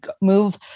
move